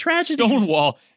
Stonewall